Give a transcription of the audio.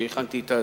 כשהכנתי את התגובה,